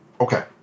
Okay